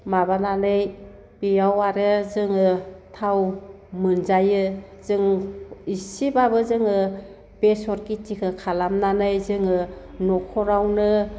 माबानानै बेयाव आरो जोङो थाव मोनजायो जों इसेब्लाबो जोङो बेसर खिथिखौ खालामनानै जोङो न'खरावनो